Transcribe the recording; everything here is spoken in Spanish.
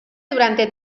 durante